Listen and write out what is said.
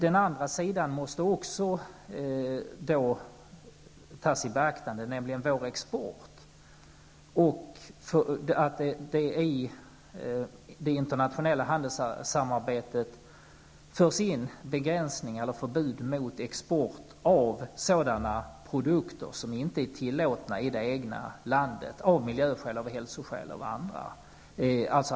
Den andra sidan måste emellertid också tas i beaktande, nämligen vår export. I det internationella handelssamarbetet bör det föras in begränsningar och förbud mot export av sådana produkter som inte är tillåtna i det egna landet av miljöskäl, hälsoskäl och andra skäl.